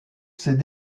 ces